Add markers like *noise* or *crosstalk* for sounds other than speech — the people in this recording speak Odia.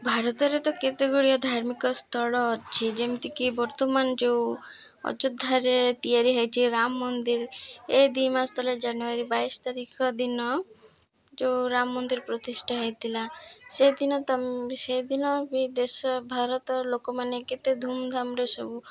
ଭାରତରେ ତ କେତେ ଗୁଡ଼ିଏ ଧାର୍ମିକ ସ୍ଥଳ ଅଛି ଯେମିତିକି ବର୍ତ୍ତମାନ ଯେଉଁ ଅଯୋଧ୍ୟାରେ ତିଆରି ହେଇଛି ରାମ ମନ୍ଦିର ଏ ଦୁଇ ମାସ ତଳେ ଜାନୁଆରୀ ବାଇଶି ତାରିଖ ଦିନ ଯେଉଁ ରାମ ମନ୍ଦିର ପ୍ରତିଷ୍ଠା ହେଇଥିଲା ସେଦିନ *unintelligible* ସେଦିନ ବି ଦେଶ ଭାରତର ଲୋକମାନେ କେତେ ଧୁମଧାମରେ ସବୁ